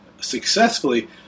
successfully